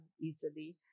easily